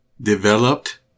Developed